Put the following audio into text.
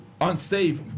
unsafe